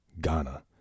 Ghana